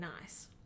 nice